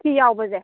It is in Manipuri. ꯄꯨꯈꯤ ꯌꯥꯎꯕꯁꯦ